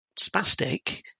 spastic